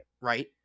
Right